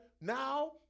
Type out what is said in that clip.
now